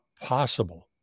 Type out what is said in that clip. possible